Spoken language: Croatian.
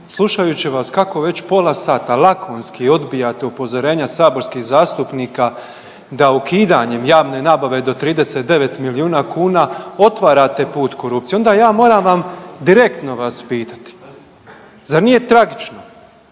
slušajući vas kako već pola sata lakonski odbijate upozorenja saborskih zastupnika da ukidanjem javnog nabave do 39 milijuna kuna otvarate put korupciji onda ja moram vam direktno vas pitati. Zar nije tragično,